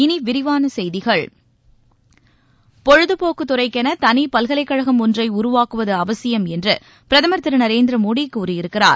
இனி விரிவான செய்திகள் பொழுதுபோக்குத் துறைக்கென தனிப்பல்கலைக்கழகம் ஒன்றை உருவாக்குவது அவசியம் என்று பிரதமர் திரு நரேந்திர மோடி கூறியிருக்கிறார்